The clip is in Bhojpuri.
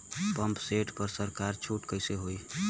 पंप सेट पर सरकार छूट कईसे होई?